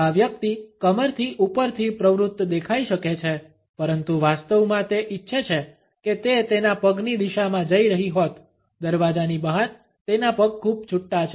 આ વ્યક્તિ કમરથી ઉપરથી પ્રવૃત્ત દેખાઈ શકે છે પરંતુ વાસ્તવમાં તે ઈચ્છે છે કે તે તેના પગની દિશામાં જઈ રહી હોત દરવાજાની બહાર તેના પગ ખૂબ છુટ્ટા છે